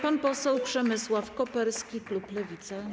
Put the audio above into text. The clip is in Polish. Pan poseł Przemysław Koperski, klub Lewica.